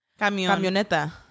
Camioneta